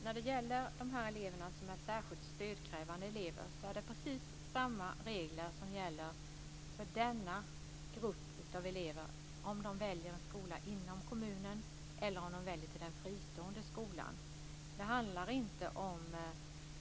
Fru talman! För särskilt stödkrävande elever gäller precis samma regler oavsett om de väljer en skola inom kommunen eller om de väljer en fristående skola.